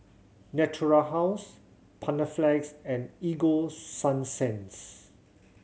Natura House Panaflex and Ego Sunsense